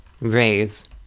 raise